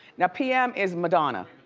now, pm is madonna.